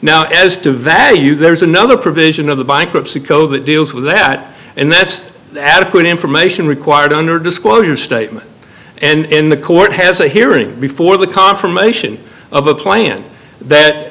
now as to value there's another provision of the bankruptcy code that deals with that and that's adequate information required under disclosure statement and the court has a hearing before the confirmation of a plan that